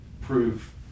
prove